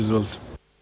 Izvolite.